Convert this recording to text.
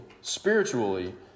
spiritually